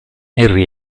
henri